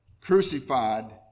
crucified